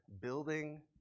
building